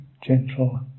gentle